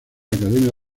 academia